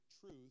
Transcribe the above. truth